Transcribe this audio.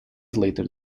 later